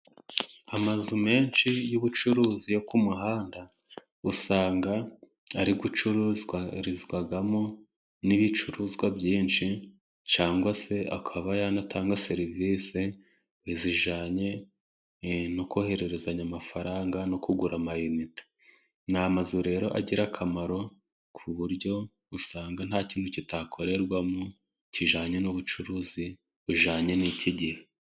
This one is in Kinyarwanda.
Amazu menshi y'ubucuruzi yo ku muhanda, usanga ari gucururizwamo ibicuruzwa byinshi, cyangwa se akaba yanatanga serivisi zijyanye no kohererezanya amafaranga, no kugura amayinite. Ni amazu rero agira akamaro ku buryo usanga nta kintu kidakorerwamo kijyanye n'ubucuruzi bujyanye n'iki gihe.